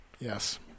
Yes